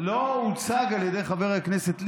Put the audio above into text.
לא הוצג על ידי חבר הכנסת ליצמן,